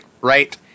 right